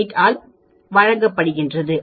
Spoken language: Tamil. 58 ஆல் வழங்கப்படுகிறது